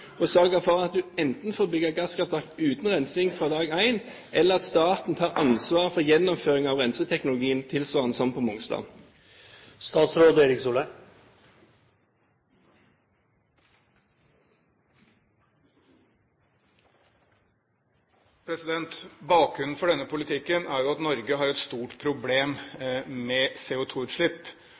sørge for at man enten får bygge gasskraftverk uten rensing fra dag én, eller at staten tar ansvar for gjennomføring av renseteknologien tilsvarende som på Mongstad? Bakgrunnen for denne politikken er at Norge har et stort problem med